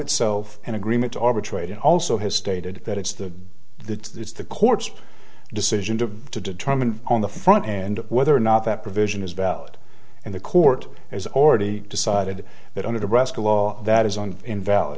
itself an agreement to arbitrate and also has stated that it's the the it's the court's decision to to determine on the front end whether or not that provision is valid and the court as already decided that under the brest a law that is on invalid